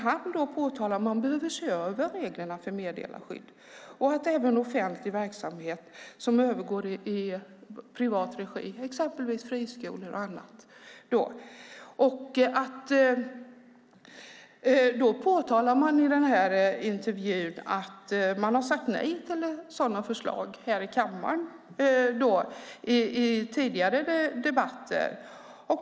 Han påtalade att reglerna för meddelarskyddet behöver ses över i fråga om offentlig verksamhet som övergår i privat regi, till exempel friskolor. I intervjun påtalades det att man här i kammaren har sagt nej till sådana förslag i tidigare debatter.